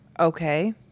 Okay